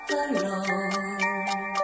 alone